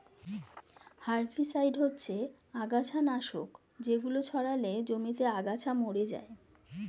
herbicide হচ্ছে আগাছানাশক যেগুলো ছড়ালে জমিতে আগাছা মরে যায়